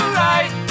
right